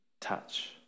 touch